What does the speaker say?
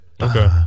Okay